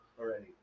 already